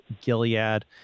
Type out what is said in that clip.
Gilead